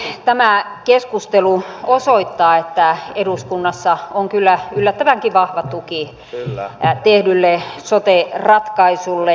mielestäni tämä keskustelu osoittaa että eduskunnassa on kyllä yllättävänkin vahva tuki tehdylle sote ratkaisulle